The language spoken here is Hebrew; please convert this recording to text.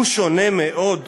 הוא שונה מאוד.